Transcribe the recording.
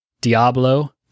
Diablo